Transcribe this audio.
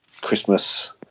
Christmas